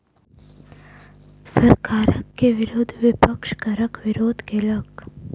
सरकार के विरुद्ध विपक्ष करक विरोध केलक